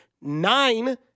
Nine